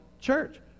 Church